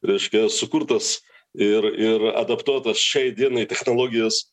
reiškia sukurtas ir ir adaptuotas šiai dienai technologijas